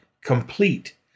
complete